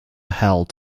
held